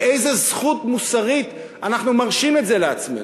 באיזה זכות מוסרית אנחנו מרשים את זה לעצמנו?